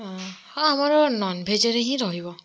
ହଁ ହଁ ଆମର ନନ୍ଭେଜ୍ରେ ହିଁ ରହିବ